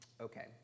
Okay